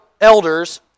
elders